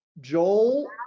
Joel